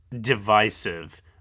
divisive